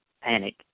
panic